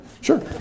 Sure